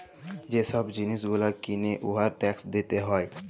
যে ছব জিলিস গুলা কিলে উয়ার ট্যাকস দিতে হ্যয়